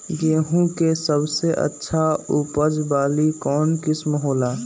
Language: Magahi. गेंहू के सबसे अच्छा उपज वाली कौन किस्म हो ला?